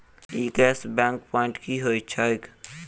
ई cash back point की होइत छैक?